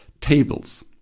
tables